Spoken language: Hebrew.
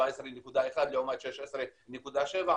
17.1% לעומת 16.7%,